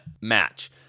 match